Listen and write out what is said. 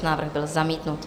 Návrh byl zamítnut.